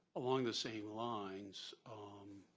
along the same lines, um